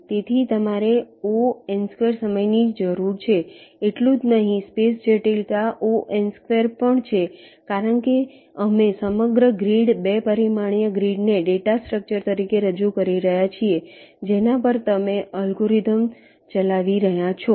તેથી તમારે Ο સમયની જરૂર છે એટલું જ નહીં સ્પેસ જટિલતા Ο પણ છે કારણ કે અમે સમગ્ર ગ્રીડ 2 પરિમાણીય ગ્રીડને ડેટા સ્ટ્રક્ચર તરીકે રજૂ કરી રહ્યા છીએ જેના પર તમે અલ્ગોરિધમ ચલાવી રહ્યા છો